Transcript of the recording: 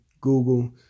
Google